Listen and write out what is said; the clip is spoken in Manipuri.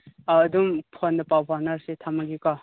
ꯑꯥ ꯑꯗꯨꯝ ꯐꯣꯟꯗ ꯄꯥꯎ ꯐꯥꯎꯅꯔꯁꯦ ꯊꯝꯃꯒꯦꯀꯣ